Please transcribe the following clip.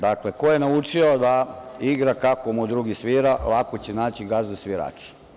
Dakle, ko je naučio da igra kako mu drugi svira, lako će naći gazdu svirača.